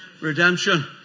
redemption